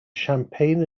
champagne